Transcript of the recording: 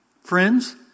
friends